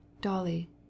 Dolly